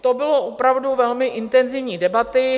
To byla opravdu velmi intenzivní debata.